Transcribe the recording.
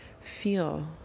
feel